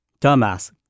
Dumbass